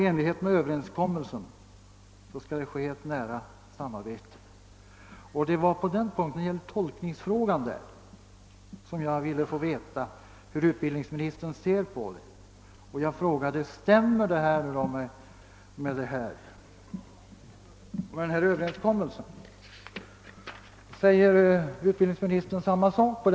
Enligt överenskommelsen skall det ske ett nära samarbete, och det var beträffande tolkningen av denna passus i överenskommelsen som jag ville få veta vilken uppfattning utbildningsministern har.